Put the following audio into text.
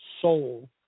soul